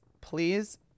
please